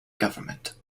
government